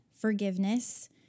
forgiveness